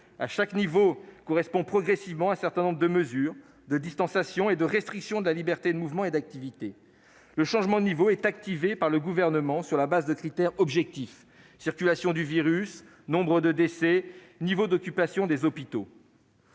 À chaque niveau correspond progressivement un certain nombre de mesures de distanciation et de restriction de la liberté de mouvement et d'activité. Le changement de niveau est activé par le gouvernement, sur la base de critères objectifs : circulation du virus, nombre de décès, niveau d'occupation des hôpitaux.